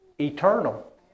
eternal